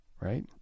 Right